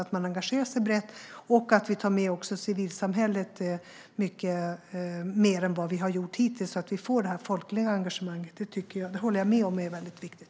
Vi bör engagera oss brett och ta med civilsamhället mycket mer än vi har gjort hittills, så att vi får ett folkligt engagemang. Jag håller med om att detta är väldigt viktigt.